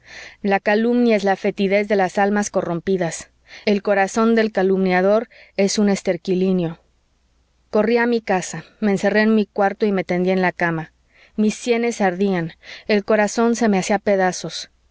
la calumnia es la fetidez de las almas corrompidas el corazón del calumniador es un esterquilinio corrí a mi casa me encerré en mi cuarto y me tendí en la cama mis sienes ardían el corazón se me hacía pedazos